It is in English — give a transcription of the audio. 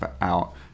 out